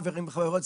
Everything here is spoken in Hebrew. חברים וחברות,